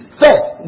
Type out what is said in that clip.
first